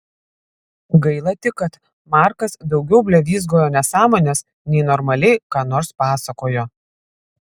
gaila tik kad markas daugiau blevyzgojo nesąmones nei normaliai ką nors pasakojo